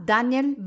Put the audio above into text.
Daniel